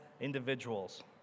individuals